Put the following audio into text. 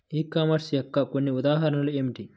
ఈ కామర్స్ యొక్క కొన్ని ఉదాహరణలు ఏమిటి?